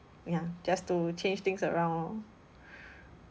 ya just to change things around lor